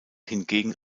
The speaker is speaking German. hingegen